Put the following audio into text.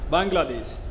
Bangladesh